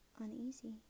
uneasy